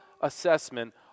assessment